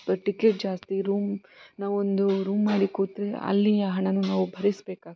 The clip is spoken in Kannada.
ಟಿಕೆಟ್ ಜಾಸ್ತಿ ರೂಮ್ ನಾವು ಒಂದು ರೂಮ್ ಮಾಡಿ ಕೂತರೆ ಅಲ್ಲಿಯ ಹಣನೂ ನಾವು ಭರಿಸಬೇಕಾಗ್ತದೆ